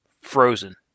frozen